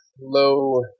low